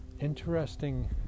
interesting